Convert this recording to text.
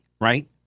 right